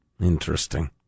Interesting